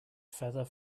feather